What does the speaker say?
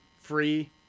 free